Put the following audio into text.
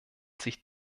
sich